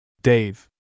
Dave